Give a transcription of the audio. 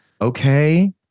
Okay